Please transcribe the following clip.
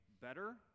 better